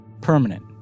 Permanent